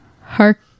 Hark